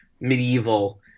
medieval